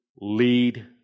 lead